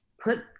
put